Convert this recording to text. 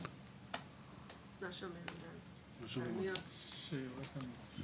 אני רוצה לציין שני דברים: האחד - בנוגע לנציגות של קופות